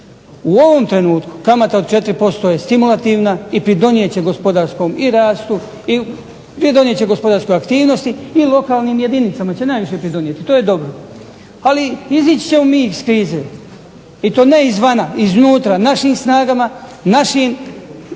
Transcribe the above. u ovom trenutku kamata od 4% je stimulativna i pridonijet će gospodarskom i rastu i pridonijet će gospodarskoj aktivnosti i lokalnim jedinicama će najviše pridonijeti. To je dobro. Ali izaći ćemo mi iz krize i to ne izvana, iznutra, našim snagama, našim